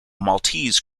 maltese